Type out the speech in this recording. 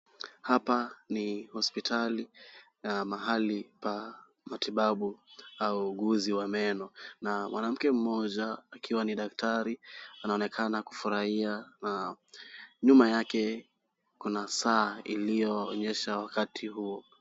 Hapa ni hospitali na mahali pa matibabu au uuguzi wa meno na mwanamke mmoja akiwa ni daktari anaonekana kufurahia. Nyuma yake kuna saa iliyoonyesha wakati huo.